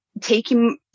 taking